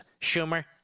Schumer